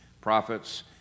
prophets